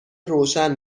روشن